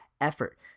effort